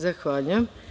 Zahvaljujem.